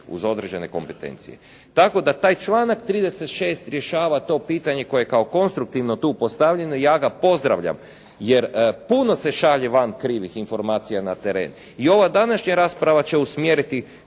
uz određene kompetencije. Tako da taj članak 36. rješava to pitanje koje je kao konstruktivno tu postavljeno i ja ga pozdravljam, jer puno se šalje van krivih informacija na teren. I ova današnja rasprava će usmjeriti,